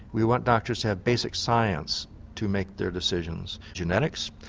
we want doctors to have basic science to make their decisions genetics,